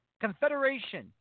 confederation